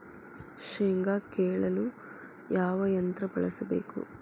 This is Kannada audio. ಶೇಂಗಾ ಕೇಳಲು ಯಾವ ಯಂತ್ರ ಬಳಸಬೇಕು?